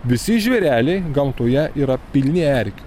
visi žvėreliai gamtoje yra pilni erkių